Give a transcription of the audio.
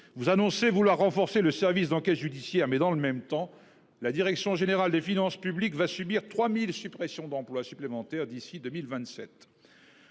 Vous annoncez vouloir renforcer le service d'enquête judiciaire, mais dans le même temps la direction générale des finances publiques va subir 3 000 suppressions d'emplois supplémentaires d'ici à 2027.